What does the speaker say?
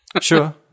sure